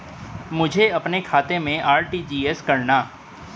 मुझे अपने खाते से आर.टी.जी.एस करना?